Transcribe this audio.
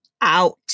out